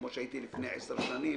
כמו שהייתי לפני עשר שנים